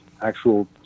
actual